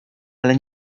ale